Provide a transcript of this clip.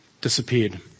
disappeared